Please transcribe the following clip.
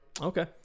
Okay